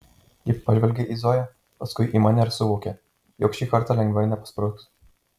ji pažvelgia į zoją paskui į mane ir suvokia jog šį kartą lengvai nepaspruks